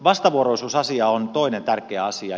vastavuoroisuusasia on toinen tärkeä asia